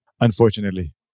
Unfortunately